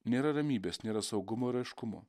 nėra ramybės nėra saugumo ir aiškumu